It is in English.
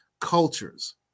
cultures